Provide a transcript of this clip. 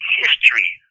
history